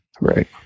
right